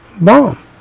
bomb